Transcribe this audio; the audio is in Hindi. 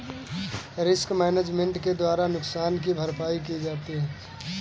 रिस्क मैनेजमेंट के द्वारा नुकसान की भरपाई की जाती है